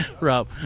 Rob